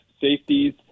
safeties